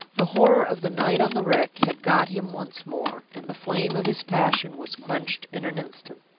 the horror of the night on the wreck had got him once more, and the flame of his passion was quenched in an instant.